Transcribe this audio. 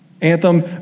Anthem